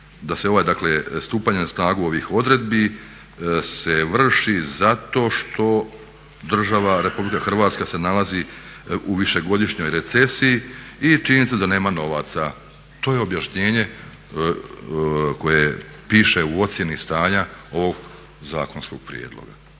da se ovo stupanje na snagu ovih odredbi se vrši zato što država Republika Hrvatska se nalazi u višegodišnjoj recesiji i činjenici da nema novaca. To je objašnjenje koje piše u ocjeni stanja ovog zakonskog prijedloga.